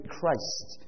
Christ